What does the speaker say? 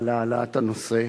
על העלאת הנושא.